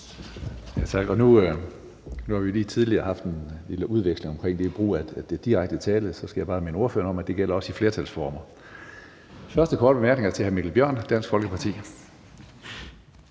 Hønge): Nu har vi lige tidligere haft en udveksling omkring brugen af direkte tiltale, og så skal jeg bare minde ordføreren om, at det også gælder i flertalsformer. Den første korte bemærkning er til hr. Mikkel Bjørn, Dansk Folkeparti.